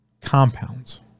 compounds